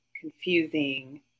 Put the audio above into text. confusing